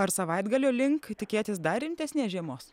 ar savaitgalio link tikėtis dar rimtesnės žiemos